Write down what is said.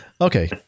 Okay